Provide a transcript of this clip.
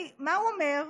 מה הוא אומר,